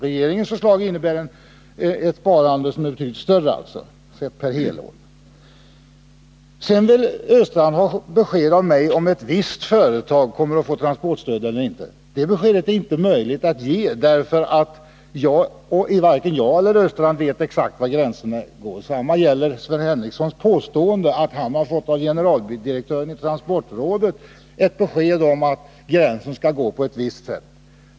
Regeringens förslag innebär ett sparande som är betydligt större, sett per helår. Sedan vill Olle Östrand ha besked av mig om ett visst företag kommer att få transportstöd eller inte. Det beskedet är inte möjligt att ge, därför att varken jag eller Olle Östrand vet exakt var gränserna går. Samma gäller Sven Henricssons påstående att han av generaldirektören i transportrådet skulle ha fått ett besked om att gränsen skulle gå på ett visst sätt.